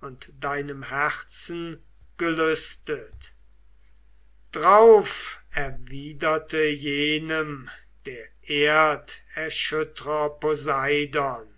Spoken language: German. und deinem herzen gelüstet drauf erwiderte jenem der erderschüttrer poseidon